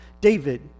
David